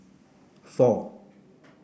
four